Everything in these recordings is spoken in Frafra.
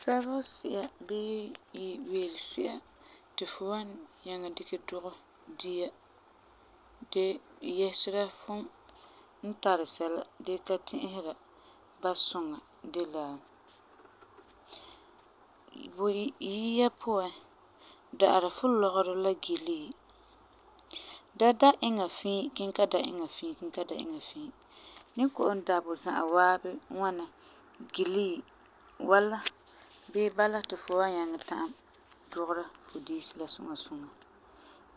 Sarɔ si'a bii wele si'a ti fu wan nyaŋɛ dikɛ dugɛ dia ti yɛsera fum tari sɛla dee ka ti'isera ba suŋa de la: Buyi yia de la, da'ara fu lɔgerɔ la gilii. Da da iŋa fii, kiŋɛ ta da iŋa fii, kiŋɛ ta da iŋa fii. Ni kɔ'ɔm da bu za'a waabi ŋwana gilii. Wala bii bala ti fu wan nyaŋɛ ta'am dugera fu diisi la ŋwana suŋa suŋa.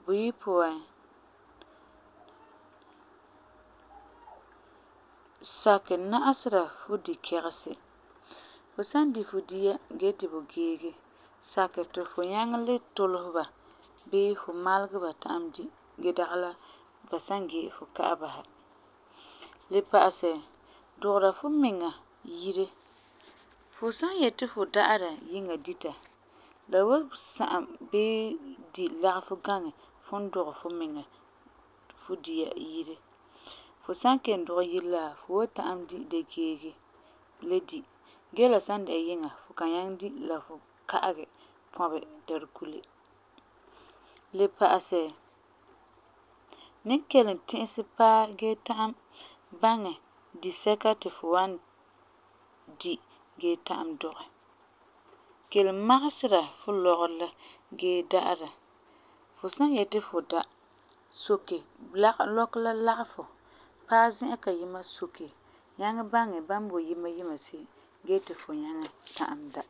Buyi puan, sakɛ na'asera fu dikɛgesi. Fu san di fu dia gee ti bu geege, sakɛ ti fu nyaŋɛ le tuleseba bii fu malegɛ ba ta'am di gee dagi la ba san geege, fu ka'ɛ basɛ. Le pa'asɛ, dugera fu miŋa yire. Fu san yeti fu da'ara yiŋa dita, la wan sagum bii di lagefu gaŋɛ fum dugɛ fu miŋa fu dia yire. Fu san kelum dugɛ yire la, fu wan ta'am di dee geege le di. Gee la san dɛna yiŋa, fu kan nyaŋɛ di la fu ka'agɛ pɔbɛ tari kule. Le pa'asɛ, ni kelum ti'isɛ paagɛ gee ta'am baŋɛ disɛka ti fu wan di gee ta'am dugɛ. Kelum magesera fu lɔgerɔ la gee da'ara. Fu san yeti fu da, soke lɔkɔ la lagefɔ, paɛ zi'an kayima soke nyaŋɛ baŋɛ bam boi yima yima se'em gee ti fu nyaŋɛ ta'am da.